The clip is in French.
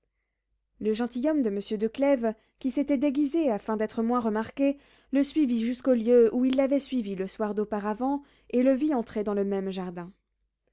le gentilhomme de monsieur de clèves qui s'était déguisé afin d'être moins remarqué le suivit jusqu'au lieu où il l'avait suivi le soir d'auparavant et le vit entrer dans le même jardin